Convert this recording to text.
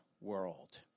world